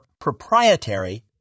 proprietary